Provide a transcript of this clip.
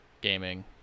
gaming